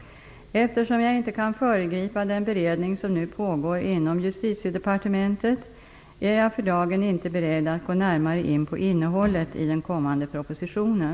Eftersom jag inte kan föregripa den beredning som nu pågår inom Justitiedepartementet är jag för dagen inte beredd att gå närmare in på innehållet i den kommande propositionen.